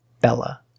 Bella